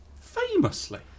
Famously